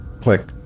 click